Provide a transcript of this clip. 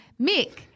Mick